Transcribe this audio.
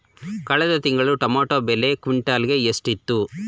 ಕಳೆದ ತಿಂಗಳು ಟೊಮ್ಯಾಟೋ ಬೆಲೆ ಕ್ವಿಂಟಾಲ್ ಗೆ ಎಷ್ಟಿತ್ತು?